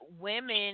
women